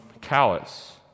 callous